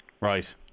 Right